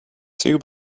too